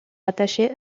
rattachée